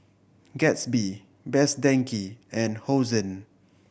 Gatsby Best Denki and Hosen